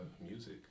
music